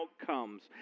outcomes